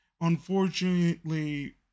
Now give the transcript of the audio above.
unfortunately